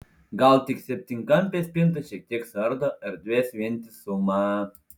gal tik septynkampė spinta šiek tiek suardo erdvės vientisumą